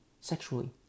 sexually